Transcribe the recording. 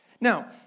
Now